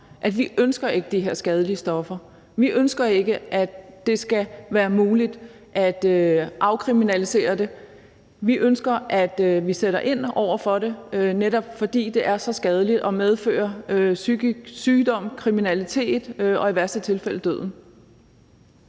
ønsker de her skadelige stoffer, at vi ikke ønsker, at det skal være muligt at afkriminalisere det. Vi ønsker, at vi sætter ind over for det, netop fordi det er så skadeligt og medfører psykisk sygdom, kriminalitet og i værste tilfælde døden.